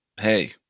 Hey